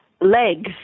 legs